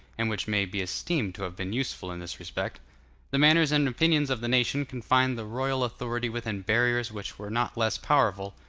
and which may be esteemed to have been useful in this respect the manners and opinions of the nation confined the royal authority within barriers which were not less powerful,